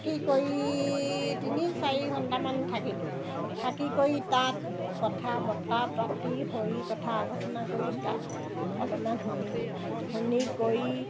থাকি কৰি তিনি চাৰি ঘণ্টামান থাকিলোঁ থাকি কৰি তাত কথা বতৰা পাতি কৰি কথা আলোচনা কৰি তাত অলপমান শুনিলোঁ শুনি কৰি